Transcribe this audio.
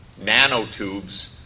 nanotubes